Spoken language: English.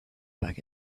back